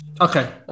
Okay